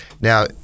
Now